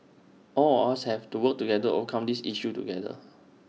all of us have to work together overcome this issue together